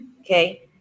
Okay